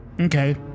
Okay